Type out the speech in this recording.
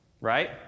right